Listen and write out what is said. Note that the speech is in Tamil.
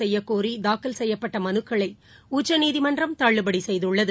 செய்யக்கோரிதாக்கல் செய்யப்பட்டமனுக்களைஉச்சநீதிமன்றம் தள்ளுபடிசெய்துள்ளது